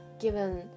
given